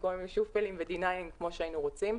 במקום עם שופלים ו-9D כמו שהיינו רוצים.